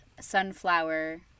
sunflower